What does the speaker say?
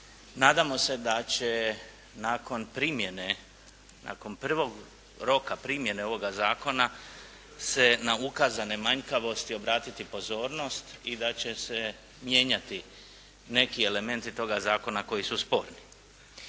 Nadamo se da će nakon primjene, nakon prvoga roka primjene ovoga Zakona se na ukazane manjkavosti obratiti pozornost i da će se mijenjati neki elementi toga Zakona koji su sporni.